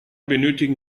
benötigen